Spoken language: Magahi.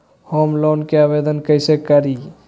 होम लोन के आवेदन कैसे करि?